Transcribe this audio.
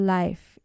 life